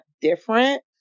different